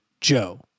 Joe